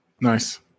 Nice